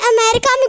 America